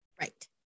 Right